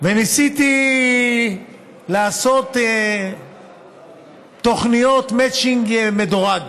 ניסיתי לעשות תוכניות מצ'ינג מדורג.